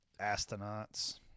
Astronauts